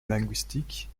linguistique